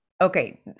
Okay